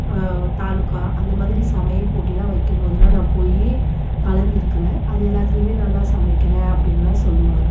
தாலுக்கா அந்த மாதிரி சமையல் போட்டிலாம் வைக்கும் போதுலாம் நான் போய் கலந்திருக்குறேன் அது எல்லாத்துலேயுமே நல்லா சமைக்கிறேன் அப்படின்லாம் சொல்லுவாங்க